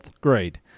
grade